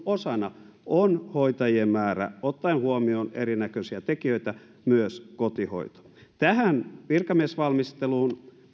osana on hoitajien määrä ottaen huomioon erinäköisiä tekijöitä myös kotihoito tähän virkamiesvalmisteluun